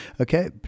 Okay